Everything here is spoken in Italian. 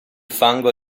fango